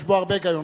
יש בו הרבה היגיון,